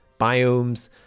biomes